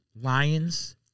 Lions